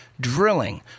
drilling